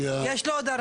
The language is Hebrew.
יש לו עוד הרבה.